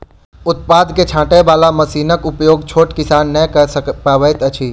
उत्पाद के छाँटय बाला मशीनक उपयोग छोट किसान नै कअ पबैत अछि